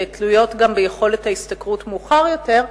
שתלויות גם ביכולת ההשתכרות מאוחר יותר,